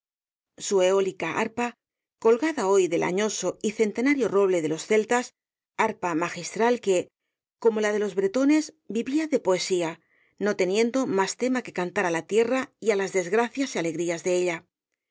su eólica ai'pa colgada hoy del añoso y centenario roble de los celtas arpa magistral que como la de los breepílogo sentimental tones vivía de poesía no teniendo más tema que cantar á la tierra y á las desgracias y alegrías de ella